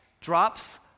drops